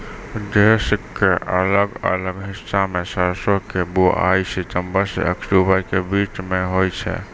देश के अलग अलग हिस्सा मॅ सरसों के बुआई सितंबर सॅ अक्टूबर के बीच मॅ होय छै